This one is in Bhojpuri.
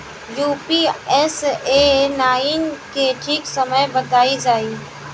पी.यू.एस.ए नाइन के ठीक समय बताई जाई?